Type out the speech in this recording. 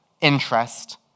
interest